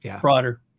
broader